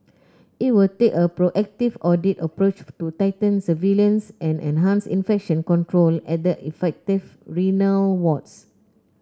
it will take a proactive audit approach to tighten surveillance and enhance infection control at the affected renal wards